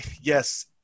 yes